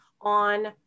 on